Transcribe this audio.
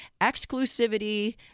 exclusivity